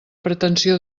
pretensió